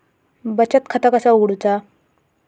बचत खाता कसा उघडूचा?